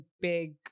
big